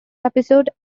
episode